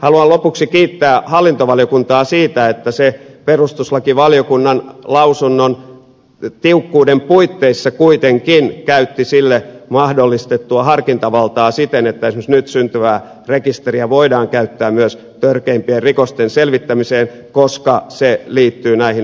haluan lopuksi kiittää hallintovaliokuntaa siitä että se perustuslakivaliokunnan lausunnon tiukkuuden puitteissa kuitenkin käytti sille mahdollistettua harkintavaltaa siten että esimerkiksi nyt syntyvää rekisteriä voidaan käyttää myös törkeimpien rikosten selvittämiseen koska se liittyy näihin maassaoloedellytyksiin